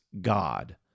God